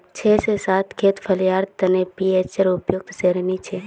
छह से सात खेत फलियार तने पीएचेर उपयुक्त श्रेणी छे